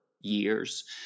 years